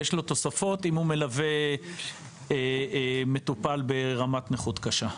ותוספות אם הוא מלווה מטופל ברמת נכות קשה.